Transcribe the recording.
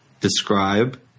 describe